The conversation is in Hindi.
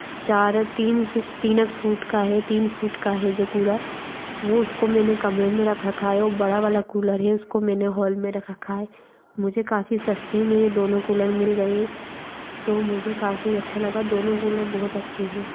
चार तीन से तीने फूट का हे तीन फूट का हे जो कूलर वो उसको मैंने कमरे में रख रखा हे ओ बड़ा वाला कूलर है उसको मैंने हॉल में रख रखा है मुझे काफ़ी सस्ते में ये दोनों कूलर मिल गए हैं तो मुझे काफ़ी अच्छा लगा दोनों कूलर बहुत अच्छे हैं